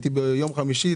הייתי ביום חמישי.